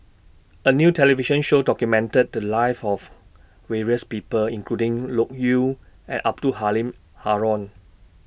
A New television Show documented The Lives of various People including Loke Yew and Abdul Halim Haron